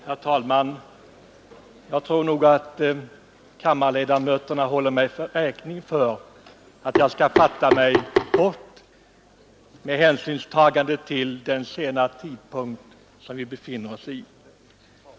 Herr talman! Jag tror nog att kammarledamöterna håller mig räkning för att jag skall fatta mig kort med hänsyn till den sena tidpunkten.